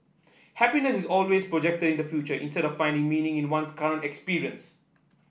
happiness is always projected in the future instead of finding meaning in one's current experience